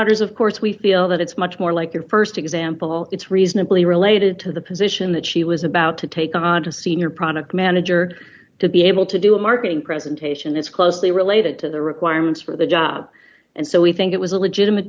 daughters of course we feel that it's much more like your st example it's reasonably related to the position that she was about to take on a senior product manager to be able to do a marketing presentation is closely related to the requirements for the job and so we think it was a legitimate